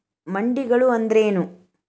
ಮಂಡಿಗಳು ಅಂದ್ರೇನು?